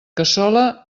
cassola